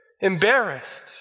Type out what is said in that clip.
embarrassed